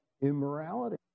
immorality